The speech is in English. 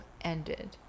ended